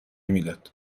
میداد